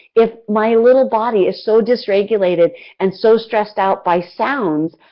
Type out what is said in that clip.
if my little body is so disregulated and so stressed out by sounds,